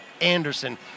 Anderson